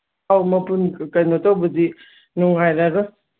ꯑꯧ ꯃꯄꯨꯟ ꯀꯩꯅꯣ ꯇꯧꯕꯗꯤ ꯅꯨꯡꯉꯥꯏꯔꯔꯣꯏ